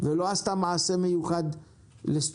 ולא עשתה מעשה מיוחד לסטודנטים,